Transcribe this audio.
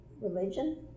religion